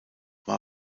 war